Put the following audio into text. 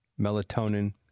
melatonin